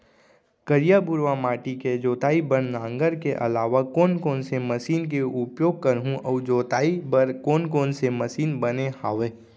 करिया, भुरवा माटी के जोताई बर नांगर के अलावा कोन कोन से मशीन के उपयोग करहुं अऊ जोताई बर कोन कोन से मशीन बने हावे?